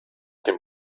dem